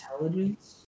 intelligence